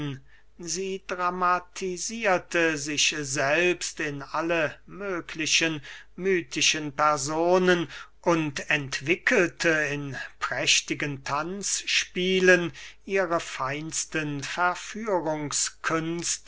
sie dramatisierte sich selbst in alle mögliche mythische personen und entwickelte in prächtigen tanzspielen ihre feinsten